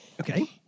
Okay